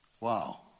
Wow